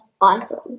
awesome